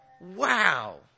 Wow